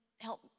help